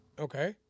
Okay